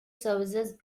services